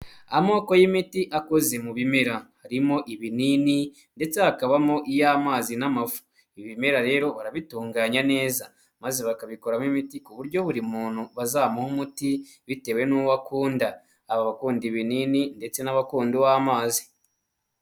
Amoko y'imiti akoze mu bimera harimo ibinini ndetse hakabamo iy'amazi n'amafu, ibimera rero urabitunganya neza maze bakabikuramo imiti ku buryo buri muntu bazamuha umuti bitewe n'uwo akunda, haba abakunda ibinini ndetse n'abakundo b'amazi.